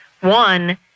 one